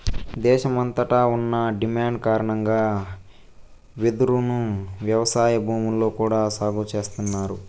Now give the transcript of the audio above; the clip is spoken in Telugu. దేశమంతట ఉన్న డిమాండ్ కారణంగా వెదురును వ్యవసాయ భూముల్లో కూడా సాగు చేస్తన్నారు